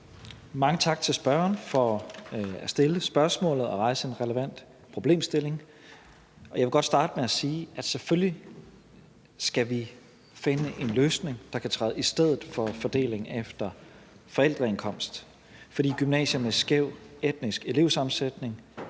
Mange tak til spørgeren for at stille spørgsmålet og rejse en relevant problemstilling. Jeg vil godt starte med at sige, at selvfølgelig skal vi finde en løsning, der kan træde i stedet for fordeling efter forældreindkomst, fordi gymnasier med skæv etnisk elevsammensætning